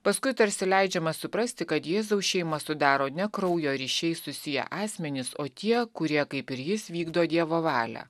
paskui tarsi leidžiama suprasti kad jėzaus šeimą sudaro ne kraujo ryšiais susiję asmenys o tie kurie kaip ir jis vykdo dievo valią